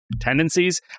tendencies